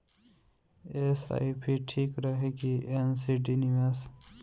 SIP ठीक रही कि एन.सी.डी निवेश?